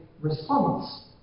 response